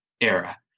era